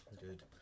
Good